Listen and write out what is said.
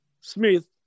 Smith